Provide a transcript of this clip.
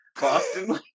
Boston